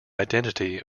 identity